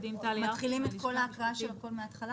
מתחילים את ההקראה מהתחלה?